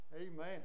Amen